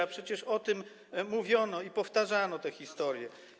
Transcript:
a przecież o tym mówiono i powtarzano te historie.